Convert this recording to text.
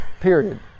period